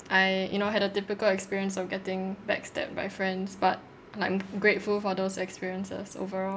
I you know had a typical experience of getting backstabbed by friends but like I'm g~ grateful for those experiences overall